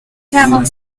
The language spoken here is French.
quarante